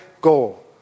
goal